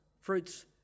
fruits